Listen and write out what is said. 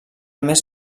més